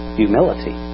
humility